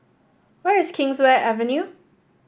where is Kingswear Avenue